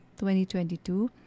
2022